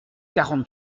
quarante